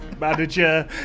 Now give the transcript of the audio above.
manager